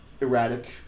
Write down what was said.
erratic